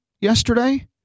yesterday